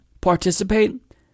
participate